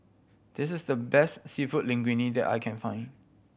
this is the best Seafood Linguine that I can find